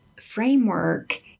framework